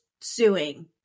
suing